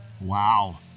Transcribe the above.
wow